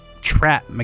trap